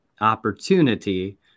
opportunity